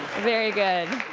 very good.